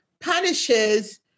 punishes